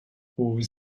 aux